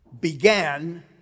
began